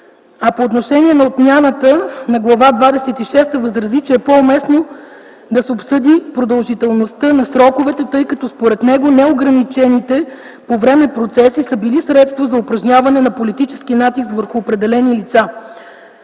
а по отношение на отмяната на Глава двадесет и шеста възрази, че е по-уместно да се обсъди продължителността на сроковете, тъй като според него неограничените по време процеси са били средство за упражняване на политически натиск върху определени лица.